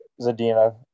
Zadina